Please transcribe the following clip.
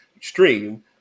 stream